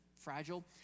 fragile